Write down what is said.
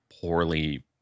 poorly